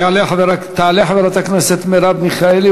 תעלה חברת הכנסת מרב מיכאלי,